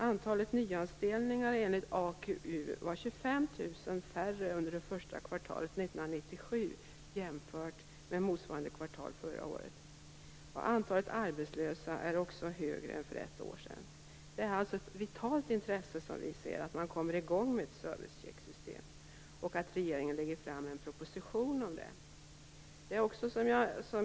Antalet nyanställningar var 25 000 färre under det första kvartalet 1997 jämfört med motsvarande kvartal förra året. Antalet arbetslösa är också högre än för ett år sedan. Det är ett vitalt intresse att komma igång med servicechecksystem och att regeringen lägger fram en proposition.